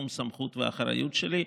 הסמכות והאחריות שלי.